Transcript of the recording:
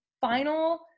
final